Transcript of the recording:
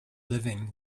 living